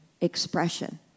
expression